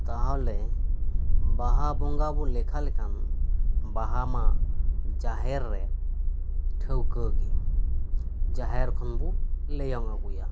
ᱛᱟᱦᱚᱞᱮ ᱵᱟᱦᱟ ᱵᱚᱸᱜᱟ ᱵᱚ ᱞᱮᱠᱷᱟ ᱞᱮᱠᱷᱟᱱ ᱵᱟᱦᱟ ᱢᱟ ᱡᱟᱦᱮᱨ ᱨᱮ ᱴᱷᱟᱹᱣᱠᱟᱹ ᱜᱮ ᱡᱟᱦᱮᱨ ᱠᱷᱚᱱ ᱵᱚ ᱞᱮᱭᱚᱝ ᱟᱹᱜᱩᱭᱟ